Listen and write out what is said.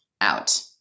out